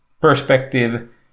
perspective